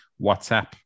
WhatsApp